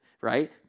right